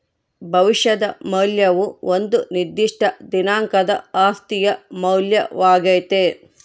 ಭವಿಷ್ಯದ ಮೌಲ್ಯವು ಒಂದು ನಿರ್ದಿಷ್ಟ ದಿನಾಂಕದ ಆಸ್ತಿಯ ಮೌಲ್ಯವಾಗ್ಯತೆ